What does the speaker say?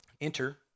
enter